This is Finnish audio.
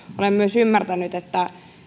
olen myös ymmärtänyt että